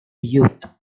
youth